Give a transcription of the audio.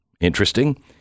interesting